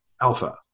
Alpha